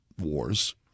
wars